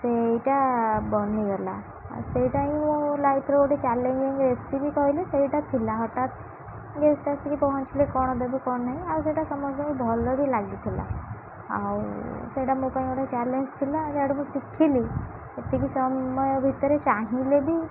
ସେଇଟା ବନିଗଲା ସେଇଟା ହିଁ ମୋ ଲାଇଫ୍ରେ ଗୋଟେ ଚ୍ୟାଲେଞ୍ଜିଂ ରେସିପି କହିଲେ ସେଇଟା ଥିଲା ହଠାତ୍ ଗେଷ୍ଟ ଆସିକି ପହଞ୍ଚିଲେ କ'ଣ ଦେବୁ କ'ଣ ନାହିଁ ଆଉ ସେଇଟା ସମସ୍ତଙ୍କୁ ଭଲ ବି ଲାଗିଥିଲା ଆଉ ସେଇଟା ମୋ ପାଇଁ ଗୋଟେ ଚ୍ୟାଲେଞ୍ଜ ଥିଲା ଯାହା ମୁଁ ଶିଖିଲି ଏତିକି ସମୟ ଭିତରେ ଚାହିଁଲେ ବି